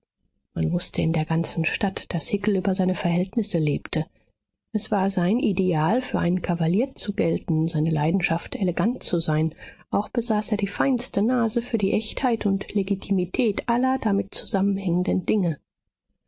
man wußte in der ganzen stadt daß hickel über seine verhältnisse lebte es war sein ideal für einen kavalier zu gelten seine leidenschaft elegant zu sein auch besaß er die feinste nase für die echtheit und legitimität aller damit zusammenhängenden dinge